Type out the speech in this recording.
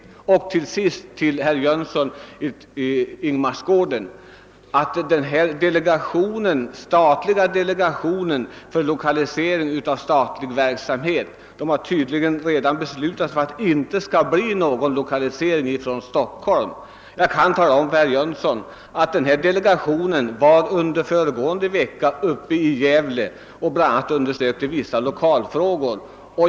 Till sist vill jag till herr Jönsson i Ingemarsgården säga att den statliga delegationen för lokalisering av statlig verksamhet tydligen redan har beslutat sig för att det inte skall bli någon lokalisering bara till Stockholm. Jag kan tala om för herr Jönsson att delegationen under föregående vecka var i Gävle och undersökte bl.a. vissa lokalfrågor.